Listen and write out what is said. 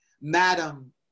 Madam